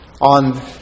on